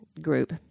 group